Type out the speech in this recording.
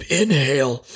inhale